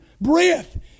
breath